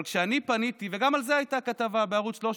אבל כשאני פניתי, וגם על זה הייתה כתבה בערוץ 13,